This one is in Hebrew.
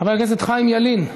חבר הכנסת חיים ילין,